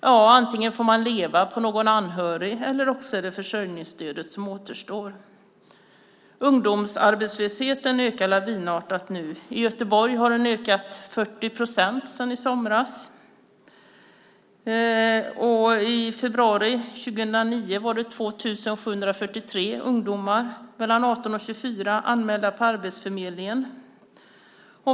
Ja, antingen får man leva på någon anhörig, eller också är det försörjningsstödet som återstår. Ungdomsarbetslösheten ökar lavinartat nu. I Göteborg har den ökat 40 procent sedan i somras. I februari 2009 var det 2 743 ungdomar mellan 18 och 24 år anmälda hos Arbetsförmedlingen.